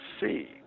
see